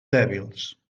dèbils